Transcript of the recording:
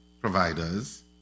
providers